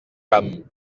camp